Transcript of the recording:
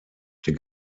der